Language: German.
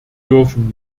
dürfen